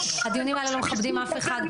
הדיונים האלה לא מכבדים אף אחד,